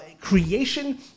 creation